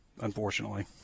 unfortunately